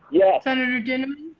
yeah senator dinniman